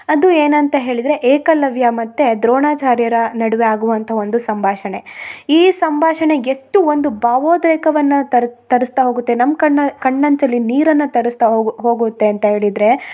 ಅದು ಏನಂತ ಹೇಳಿದರೆ ಏಕಲವ್ಯ ಮತ್ತು ದ್ರೋಣಾಚಾರ್ಯರ ನಡುವೆ ಆಗುವಂಥ ಒಂದು ಸಂಭಾಷಣೆ ಈ ಸಂಭಾಷಣೆಗೆಷ್ಟು ಒಂದು ತರ್ ತರಸ್ತಾ ಹೋಗುತ್ತೆ ನಮ್ಮ ಕಣ್ಣ ಕಣ್ಣಂಚಲ್ಲಿ ನೀರನ್ನ ತರಸ್ತಾ ಹೋಗು ಹೋಗುತ್ತೆ ಅಂತ ಹೇಳಿದರೆ